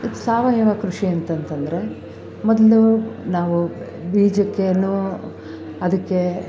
ಸಾವಯವ ಕೃಷಿ ಅಂತಂತಂದರೆ ಮೊದಲು ನಾವು ಬೀಜಕ್ಕೇನು ಅದಕ್ಕೆ